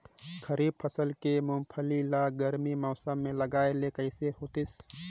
खरीफ फसल के मुंगफली ला गरमी मौसम मे लगाय ले कइसे होतिस?